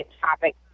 topic